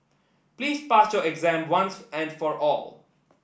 please pass your exam once and for all